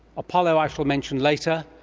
apollo i shall mention later,